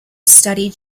studied